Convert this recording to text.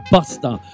Buster